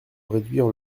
réduire